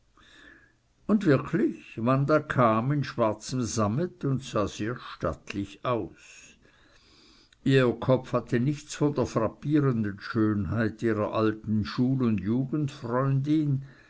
und wirklich wanda kam in schwarzem sammet und sah sehr stattlich aus ihr kopf hatte nichts von der frappierenden schönheit ihrer alten schul